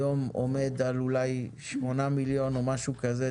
היום עומד אולי על שמונה מיליון, או משהו כזה.